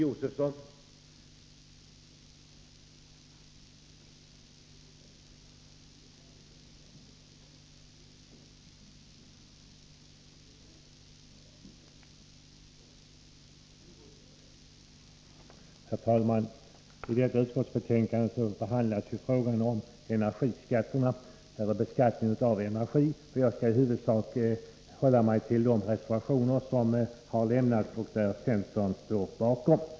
Herr talman! I detta utskottsbetänkande behandlas frågan om beskattning av energi. Jag skall huvudsakligen hålla mig till de reservationer som lämnats från centern.